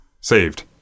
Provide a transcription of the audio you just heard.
Saved